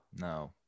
no